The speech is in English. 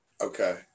Okay